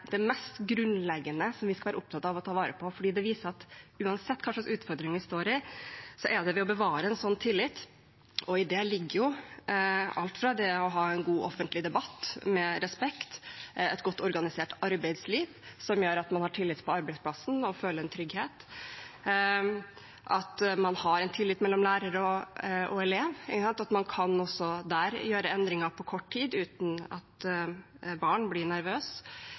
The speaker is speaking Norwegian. vi skal være opptatt av å ta vare på. Uansett hva slags utfordringer vi står i, er det å bevare en slik tillit noe av det viktigste vi skal ta med videre. I det ligger alt fra det å ha en god offentlig debatt, med respekt, et godt organisert arbeidsliv, som gjør at man har tillit på arbeidsplassen og føler en trygghet, til det å ha en tillit mellom lærer og elev, og at man også der kan gjøre endringer på kort tid, uten at barn blir